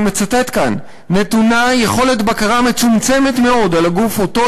אני מצטט כאן: "נתונה יכולת בקרה מצומצמת מאוד על הגוף שאותו